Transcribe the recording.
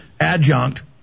adjunct